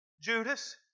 Judas